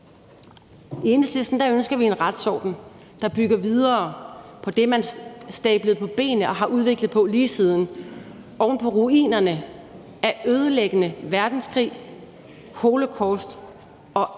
I Enhedslisten ønsker vi en retsorden, der bygger videre på det, man stablede på benene og har udviklet på lige siden oven på ruinerne af ødelæggende verdenskrig, holocaust og al den